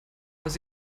dass